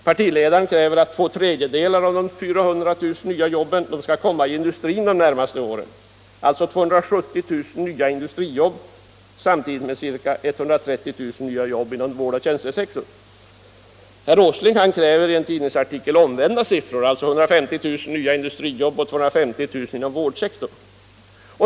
Partiledaren kräver att två tredjedelar av de 400 000 nya jobben skall komma inom industrin de närmaste åren — alltså 270 000 nya industrijobb samtidigt med ca 130 000 nya jobb inom vård och tjänstesektorn! Herr Åsling kräver i en tidningsartikel omvända siffror — 150 000 nya industrijobb och 250 000 jobb inom vårdsektorn.